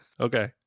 Okay